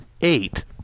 eight